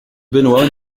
benoist